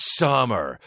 summer